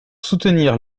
soutenir